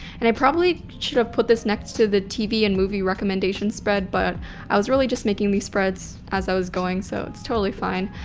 and i probably should've put this next to the tv and movie recommendation spread, but i was really just making these spreads as i was going so it's totally fine.